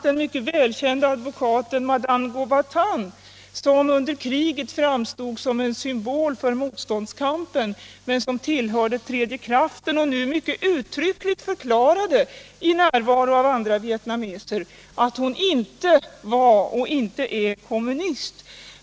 Den mycket kända advokaten Madame Ngo Ba Thanh, som under kriget framstod som en symbol för motståndskampen men som tillhörde tredje kraften, förklarade mycket uttryckligt för oss, i närvaro av andra vietnameser, att hon inte var och inte är kommunist.